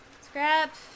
Scrap